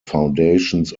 foundations